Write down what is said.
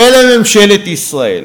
ולממשלת ישראל: